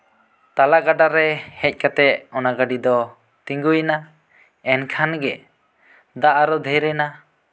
ᱛᱟᱞᱟ ᱜᱟᱰᱟ ᱨᱮ ᱦᱮᱡ ᱠᱟᱛᱮᱫ ᱚᱱᱟ ᱜᱟᱹᱰᱤ ᱫᱚ ᱛᱤᱸᱜᱩᱭᱱᱟ ᱮᱱᱠᱷᱟᱱ ᱜᱮ ᱫᱟᱜ ᱟᱨᱚ ᱰᱷᱮᱨᱮᱱᱟ